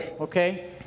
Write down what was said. okay